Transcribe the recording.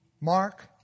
Mark